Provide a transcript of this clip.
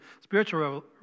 spiritual